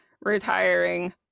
retiring